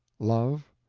love,